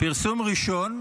פרסום ראשון,